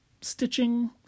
stitching